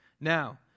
Now